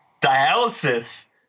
Dialysis